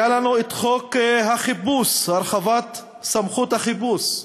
היה לנו את חוק החיפוש, הרחבת סמכות החיפוש,